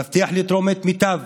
ומבטיח לתרום את מיטב